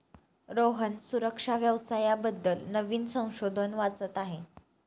रोहन सुरक्षा व्यवसाया बद्दल नवीन संशोधन वाचत आहे